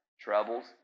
troubles